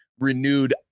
renewed